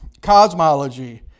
cosmology